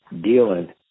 dealing